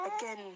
Again